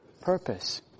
purpose